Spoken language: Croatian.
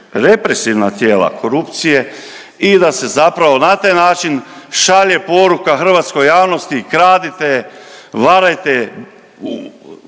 represivna tijela korupcije i da se zapravo na taj način šalje poruka hrvatskoj javnosti kradite, varajte,